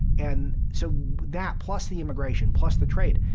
and so that, plus the immigration, plus the trade.